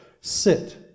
sit